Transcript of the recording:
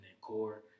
core